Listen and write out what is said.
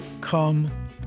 Come